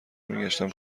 میگشتم